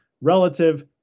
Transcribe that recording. relative